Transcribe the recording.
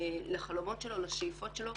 לחלומות שלו, לשאיפות שלו.